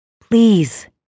Please